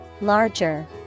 larger